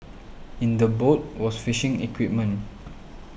in the boat was fishing equipment